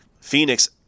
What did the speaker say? Phoenix